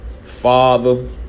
Father